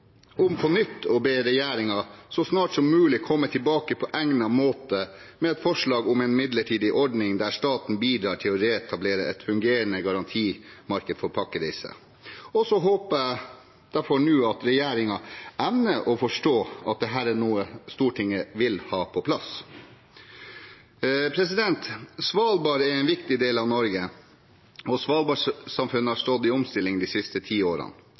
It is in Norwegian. om en midlertidig ordning der staten bidrar til å reetablere et fungerende garantimarked for pakkereiser. Jeg håper derfor at regjeringen nå evner å forstå at dette er noe Stortinget vil ha på plass. Svalbard er en viktig del av Norge, og Svalbard-samfunnet har stått i omstilling de siste ti årene.